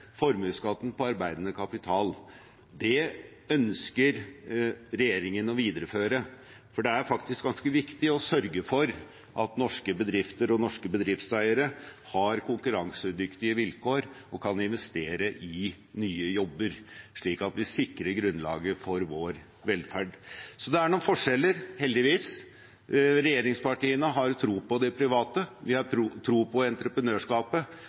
formuesskatten på arbeidende kapital. Det ønsker regjeringen å videreføre, for det er faktisk ganske viktig å sørge for at norske bedrifter og norske bedriftseiere har konkurransedyktige vilkår og kan investere i nye jobber, slik at vi sikrer grunnlaget for vår velferd. Så det er noen forskjeller, heldigvis. Regjeringspartiene har tro på det private, vi har tro på entreprenørskapet,